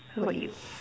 how about you